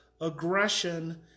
aggression